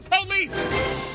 police